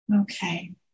Okay